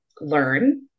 learn